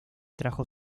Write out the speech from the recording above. tajo